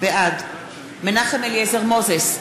בעד מנחם אליעזר מוזס,